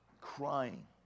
crying